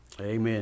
Amen